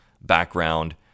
background